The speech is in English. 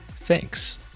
Thanks